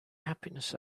happiness